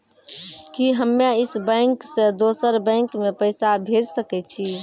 कि हम्मे इस बैंक सें दोसर बैंक मे पैसा भेज सकै छी?